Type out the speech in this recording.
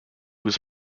was